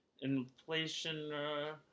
inflation